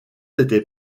était